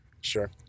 sure